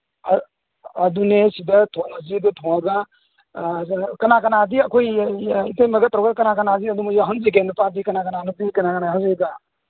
ꯑꯗꯨꯅꯦ ꯁꯤꯗ ꯊꯣꯡꯉꯁꯤ ꯑꯗꯨꯒ ꯊꯣꯡꯉꯒ ꯀꯅꯥ ꯀꯅꯥꯗꯤ ꯑꯩꯈꯣꯏ ꯏꯇꯩꯃꯒ ꯇꯧꯔꯒ ꯀꯅꯥ ꯀꯅꯥꯗꯤ ꯑꯗꯨꯝ ꯌꯥꯎꯍꯟꯁꯤꯒꯦ ꯅꯨꯄꯥꯗꯤ ꯀꯅꯥ ꯀꯅꯥ ꯅꯨꯄꯤꯗꯤ ꯀꯅꯥ ꯀꯅꯥ ꯌꯥꯎꯍꯟꯗꯣꯏꯕ